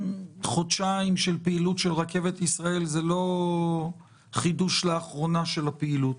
חודשיים של פעילות של רכבת ישראל זה לא חידוש לאחרונה של הפעילות,